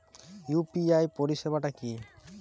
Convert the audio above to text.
UPI পরিসেবাটা কি?